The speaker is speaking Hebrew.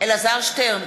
אלעזר שטרן,